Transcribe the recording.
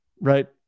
right